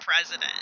president